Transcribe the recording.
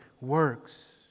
works